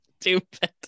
stupid